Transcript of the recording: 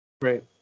Right